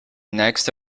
next